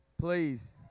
Please